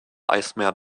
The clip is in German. eismeer